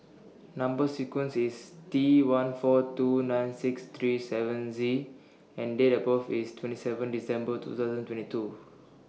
Number sequence IS T one four two nine six three seven Z and Date of birth IS twenty seven December two thousand and twenty two